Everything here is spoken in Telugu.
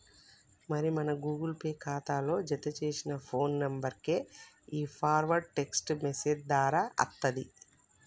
మరి మన గూగుల్ పే ఖాతాలో జతచేసిన ఫోన్ నెంబర్కే ఈ పాస్వర్డ్ టెక్స్ట్ మెసేజ్ దారా అత్తది